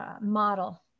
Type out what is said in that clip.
model